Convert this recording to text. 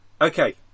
Okay